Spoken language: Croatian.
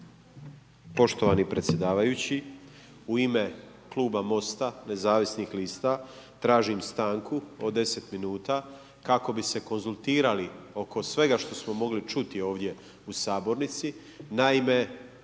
Poštovani predsjedavajući, u ime kluba MOST-a nezavisnih lista tražim stanku od 10 minuta kako bi se konzultirali oko svega što smo mogli čuti ovdje u sabornici. Naime,